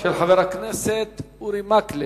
של חבר הכנסת אורי מקלב: